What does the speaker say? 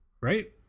right